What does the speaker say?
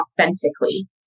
authentically